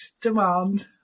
demand